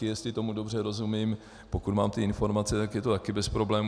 Jestli tomu dobře rozumím, pokud mám informace, je to taky bez problémů.